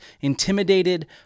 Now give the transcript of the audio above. intimidated